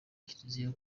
kiliziya